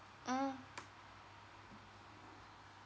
mm